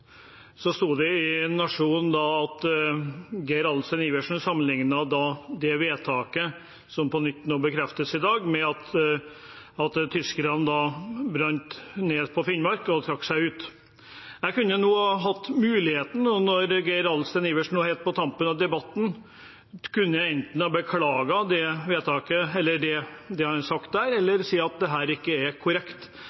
at Geir Adelsten Iversen sammenlignet dette vedtaket, som på nytt bekreftes nå i dag, med at tyskerne brant ned Finnmark og trakk seg ut. Geir Adelsten Iversen kunne nå, helt på tampen av debatten, hatt muligheten til enten å beklage det han har sagt der,